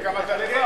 וגם אתה לבד.